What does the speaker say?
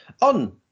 On